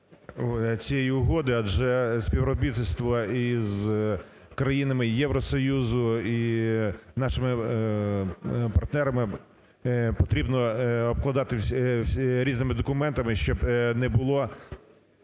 цієї угоди, адже співробітництво із країнами Євросоюзу і нашими партнерами потрібно обкладати різними документами, щоб не було